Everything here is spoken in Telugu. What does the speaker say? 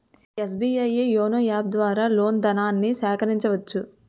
ఎస్.బి.ఐ యోనో యాప్ ద్వారా లోన్ ధనాన్ని సేకరించవచ్చు